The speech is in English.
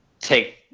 take